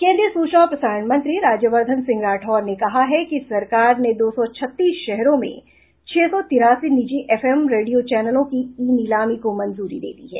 केन्द्रीय सूचना और प्रसारण मंत्री राज्यवर्धन सिंह राठौर ने कहा है कि सरकार ने दो सौ छत्तीस शहरों में छह सौ तेरासी निजी एफ एम रेडियो चैनलों की ई नीलामी को मंजूरी दे दी है